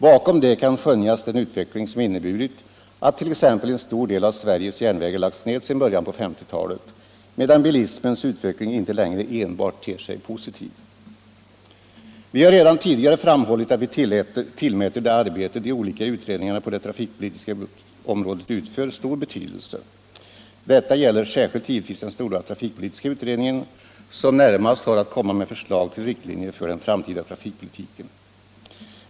Bakom det kan skönjas en utveckling som inneburit att t.ex. en stor del av Sveriges järnvägar lagts ned sedan början av 1950-talet, medan bilismens utveckling nu inte längre enbart ter sig positiv. Vi har redan tidigare framhållit att vi tillmäter det arbete som de olika utredningarna på det trafikpolitiska området utför stor betydelse; detta gäller givetvis särskilt den stora trafikpolitiska utredningen, som närmast har att komma med förslag till riktlinjer för den framtida trafikpolitiken.